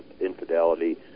infidelity